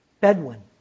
Bedouin